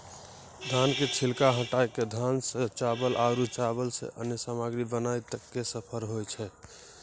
धान के छिलका हटाय कॅ धान सॅ चावल आरो चावल सॅ अन्य सामग्री बनाय तक के सफर होय छै